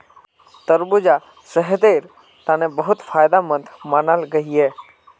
तरबूजा सेहटेर तने बहुत फायदमंद मानाल गहिये